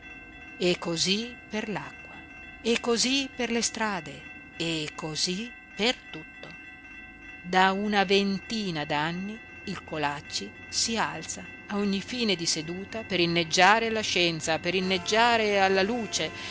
e cosí per l'acqua e cosí per le strade e cosí per tutto da una ventina d'anni il colacci si alza a ogni fine di seduta per inneggiare alla scienza per inneggiare alla luce